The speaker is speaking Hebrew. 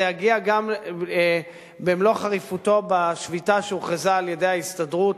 זה יגיע גם במלוא חריפותו בשביתה שהוכרזה על-ידי ההסתדרות